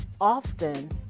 Often